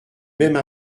même